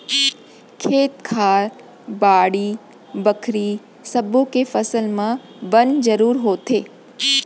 खेत खार, बाड़ी बखरी सब्बो के फसल म बन जरूर होथे